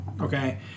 okay